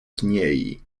kniei